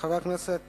חבר הכנסת